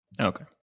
okay